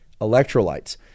electrolytes